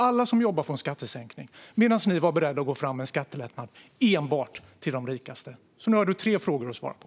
Alla som jobbar får en skattesänkning, medan ni var beredda att gå fram med en skattelättnad enbart till de rikaste. Nu har du flera frågor att svara på.